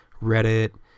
Reddit